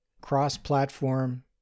cross-platform